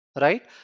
Right